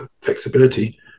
flexibility